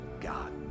god